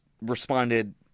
responded